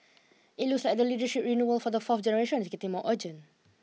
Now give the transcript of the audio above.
it looks like the leadership renewal for the fourth generation is getting more urgent